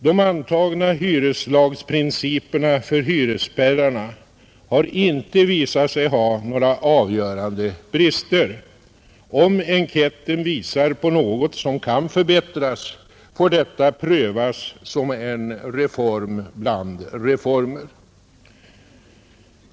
De antagna hyreslagsprinciperna för hyresspärrarna har inte företett några avgörande brister. Om enkäten visar på något som kan förbättras får detta prövas som en reform bland reformer.